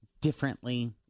differently